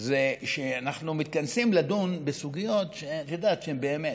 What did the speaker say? זה שאנחנו מתכנסים לדון בסוגיות שהן באמת,